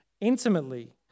intimately